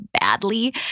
badly